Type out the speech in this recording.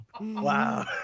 Wow